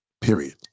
period